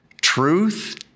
truth